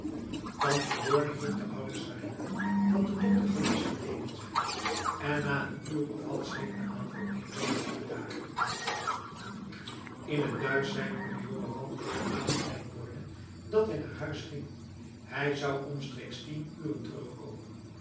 tante borne hielp de oude sarinah wat de dokter gelastte deden zij en na een uur of wat scheen de aanval enigszins te bedaren in het duits zei nu de jongeman tegen kapitein borne dat hij naar huis ging hij zou omstreeks tien uren terugkomen